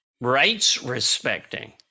rights-respecting